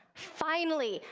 finally!